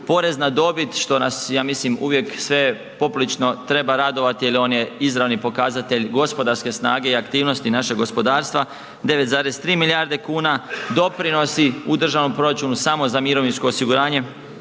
porez na dobit, što nas ja mislim uvijek sve poprilično treba radovati jer on je izravni pokazatelj gospodarske snage i aktivnosti našeg gospodarstva, 9,3 milijarde kuna, doprinosi u državnom proračunu samo za mirovinsko osiguranje